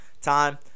time